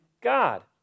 God